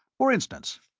for instance,